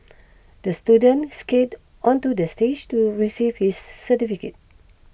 the student skated onto the stage to receive his certificate